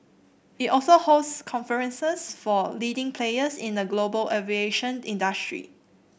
it also hosts conferences for leading players in the global aviation industry